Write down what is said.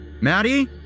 Maddie